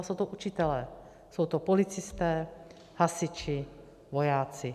Jsou to učitelé, jsou to policisté, hasiči, vojáci.